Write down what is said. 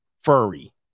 furry